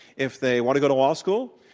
if they want to go to law school,